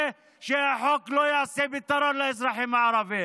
שהחוק לא ייתן פתרון לאזרחים הערבים.